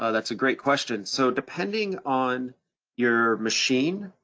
ah that's a great question. so depending on your machine,